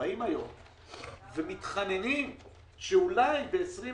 היום מתחננים שאולי ב-2020,